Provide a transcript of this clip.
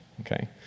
okay